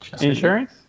Insurance